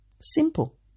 Simple